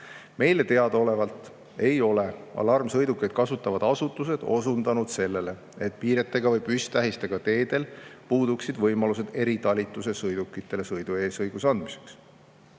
Meile teadaolevalt ei ole alarmsõidukeid kasutavad asutused osundanud sellele, et piiretega või püsttähistega teedel puuduksid võimalused eritalituse sõidukitele sõidueesõiguse andmiseks.